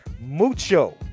mucho